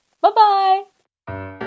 Bye-bye